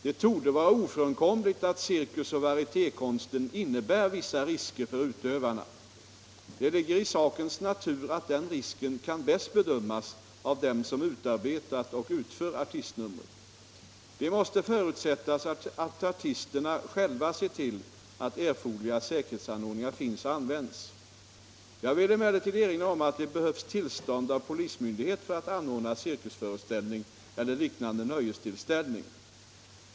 Det torde vara ofrånkomligt att cirkus och varietékonsten innebär vissa risker för utövarna. Det ligger i sakens natur att den risken kan bäst bedömas av dem som utarbetat och utför artistnumren. Det måste förutsättas att artisterna själva ser till att erforderliga säkerhetsanordningar finns och används. Jag vill emellertid erinra om att det behövs tillstånd av polismyndighet för att anordna cirkusföreställning eller liknande nöjestillställning.